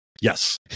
Yes